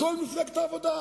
הכול מפלגת העבודה.